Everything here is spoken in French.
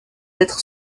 être